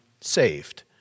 saved